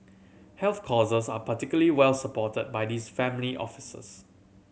health causes are particularly well supported by these family offices